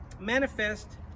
manifest